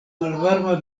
malvarma